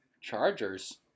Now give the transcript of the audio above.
Chargers